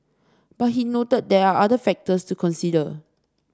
but he noted there are other factors to consider